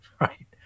right